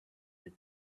bit